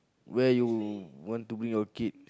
where you want to bring your kid